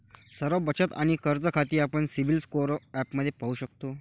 सर्व बचत आणि कर्ज खाती आपण सिबिल स्कोअर ॲपमध्ये पाहू शकतो